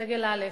סגל א',